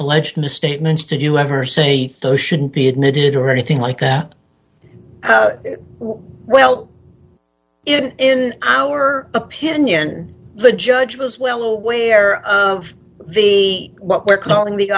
alleged misstatements did you ever say throw shouldn't be admitted or anything like that well it in our opinion the judge was well aware of the what we're calling the